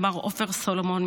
ולמר עופר סולומון,